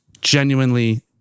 genuinely